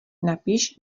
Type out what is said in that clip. napiš